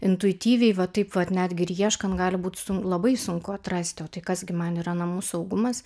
intuityviai va taip vat netgi ir ieškant gali būti su labai sunku atrast tai kas gi man yra namų saugumas